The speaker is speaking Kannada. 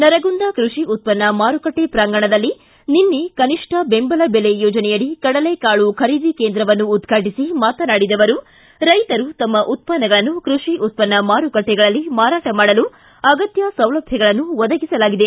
ನರಗುಂದ ಕೃಷಿ ಉತ್ಪನ್ನ ಮಾರುಕಟ್ಟೆ ಪ್ರಾಂಗಣದಲ್ಲಿ ನಿನ್ನೆ ಕನಿಷ್ಠ ಬೆಂಬಲ ಬೆಲೆ ಯೋಜನೆಯಡಿ ಕಡಲೆ ಕಾಳು ಖರೀದಿ ಕೇಂದ್ರವನ್ನು ಉದ್ವಾಟಿಸಿ ಮಾತನಾಡಿದ ಅವರು ರೈತರು ತಮ್ಮ ಉತ್ಪನ್ನಗಳನ್ನು ಕೈಷಿ ಉತ್ಪನ್ನ ಮಾರುಕಟ್ಟೆಗಳಲ್ಲಿ ಮಾರಾಟ ಮಾಡಲು ಅಗತ್ಯ ಸೌಲಭ್ಯಗಳನ್ನು ಒದಗಿಸಲಾಗಿದೆ